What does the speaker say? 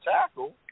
tackle